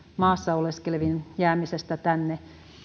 maassa oleskelevien jäämisestä tänne